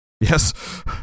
yes